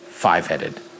Five-headed